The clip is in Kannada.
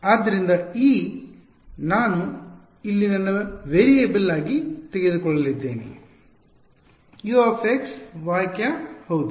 ಆದ್ದರಿಂದ E ನಾನು ಇಲ್ಲಿ ನನ್ನ ವೇರಿಯೇಬಲ್ ಆಗಿ ತೆಗೆದುಕೊಳ್ಳಲಿದ್ದೇನೆ Uyˆ ಹೌದು